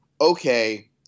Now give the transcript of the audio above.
okay